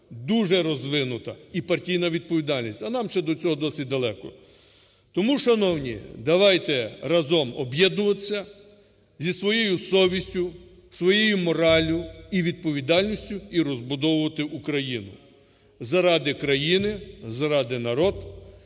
дуже розвинута і партійна відповідальність. А нам ще до цього досить далеко. Тому, шановні, давайте разом об'єднуватися зі своєю совістю, своєю мораллю і відповідальністю і розбудовувати Україну заради країни. Заради народу